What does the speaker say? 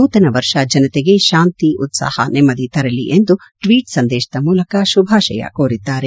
ನೂತನ ವರ್ಷ ಜನತೆಗೆ ಶಾಂತಿ ಉತ್ಸಾಹ ನೆಮ್ಮದಿ ತರಲಿ ಎಂದು ಟ್ವೀಟ್ ಸಂದೇಶದ ಮೂಲಕ ಶುಭಾಶಯ ಕೋರಿದ್ದಾರೆ